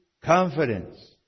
confidence